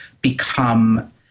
become